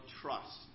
trust